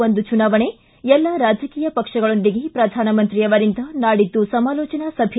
ಒಂದು ಚುನಾವಣೆ ಎಲ್ಲ ರಾಜಕೀಯ ಪಕ್ಷಗಳೊಂದಿಗೆ ಪ್ರಧಾನಮಂತ್ರಿ ಅವರಿಂದ ನಾಡಿದ್ದು ಸಮಾಲೋಚನಾ ಸಭೆ